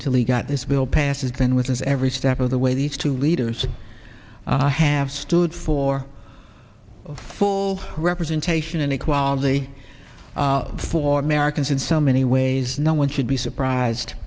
until he got his bill passes then with his every step of the way these two leaders have stood for full representation and equality for americans in so many ways no one should be surprised